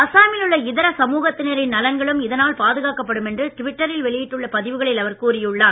அஸ்ஸாமில் உள்ள இதர சமூகத்தினரின் நலன்களும் இதனால் பாதுகாக்கப்படும் என்று ட்விட்டரில் வெளியிட்டுள்ள பதிவுகளில் அவர் கூறியுள்ளார்